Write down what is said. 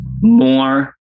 more